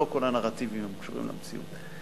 לא כל הנרטיבים קשורים למציאות.